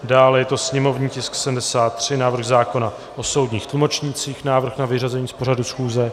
Dále je to sněmovní tisk 73 návrh zákona o soudních tlumočnících návrh na vyřazení z pořadu schůze.